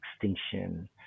extinction